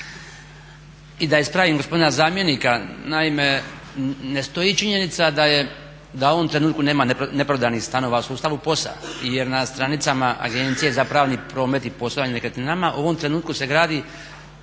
I sa ispravim gospodina zamjenika, naime, ne stoji činjenica da u ovom trenutku nema neprodanih stanova u sustavu POS-a jer na stranicama Agencije za pravni promet i poslovanje nekretninama u ovom trenutku se gradi,